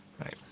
right